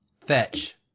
Fetch